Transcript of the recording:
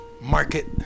market